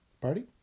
Party